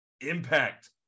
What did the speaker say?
Impact